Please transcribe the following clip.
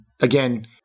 again